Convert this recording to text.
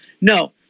No